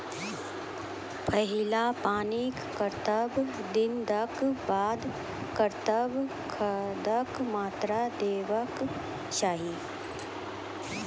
पहिल पानिक कतबा दिनऽक बाद कतबा खादक मात्रा देबाक चाही?